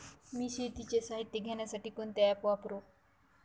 मी शेतीचे साहित्य घेण्यासाठी कोणते ॲप वापरु?